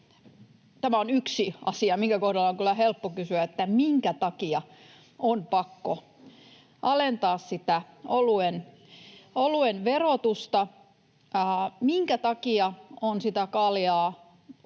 tämä on yksi asia, minkä kohdalla on kyllä helppo kysyä, minkä takia on pakko alentaa oluen verotusta. [Tuomas Kettunen: